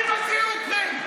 אני מזהיר אתכם.